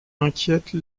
inquiète